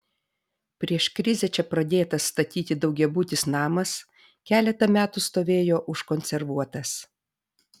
prieš krizę čia pradėtas statyti daugiabutis namas keletą metų stovėjo užkonservuotas